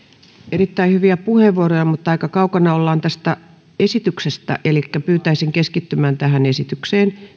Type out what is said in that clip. erittäin hyviä puheenvuoroja mutta aika kaukana ollaan tästä esityksestä elikkä pyytäisin keskittymään esitykseen